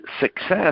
success